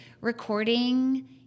recording